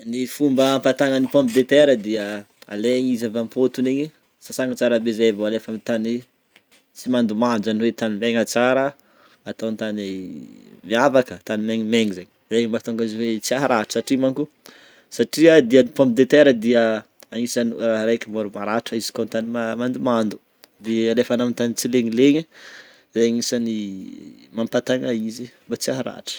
Ny fomba mba ampatagna ny pomme de terre dia alegna izy avy am-potiny igny sasana tsara bé zegny vo alefa amin tany tsy mandomando zany hoe tany megna tsara, ato amin'ny tany miavaka izany hoe tany megna megna, amize tsy aratra satria manko - satria dia ny pomme de terre dia anisany ra reka mora maratra izy ko aminy tany mandomando de alefa agny amin'ny tany tsy legnalegna zegny anisany mampatagna izy mbô tsy haratra.